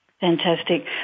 Fantastic